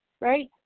right